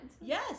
Yes